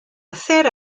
hacer